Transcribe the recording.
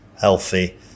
healthy